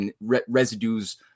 residues